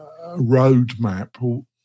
roadmap